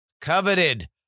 coveted